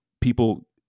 People